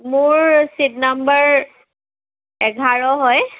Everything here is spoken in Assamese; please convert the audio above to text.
মোৰ চিট নাম্বাৰ এঘাৰ হয়